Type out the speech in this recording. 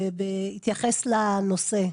בהתייחס לנושא.